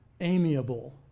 amiable